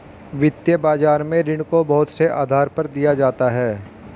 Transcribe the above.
वित्तीय बाजार में ऋण को बहुत से आधार पर दिया जाता है